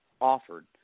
offered